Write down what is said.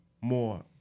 More